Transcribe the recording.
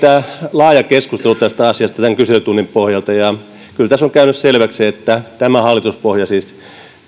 laaja keskustelu asiasta tämän kyselytunnin pohjalta ja kyllä tässä on käynyt selväksi että tämä hallituspohja siis